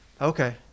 okay